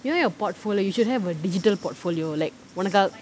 you know your portfolio you should have a digital portfolio like உனக்கு:unakku